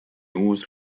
uus